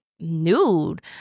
nude